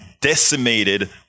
decimated